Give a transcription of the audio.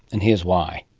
and here's why.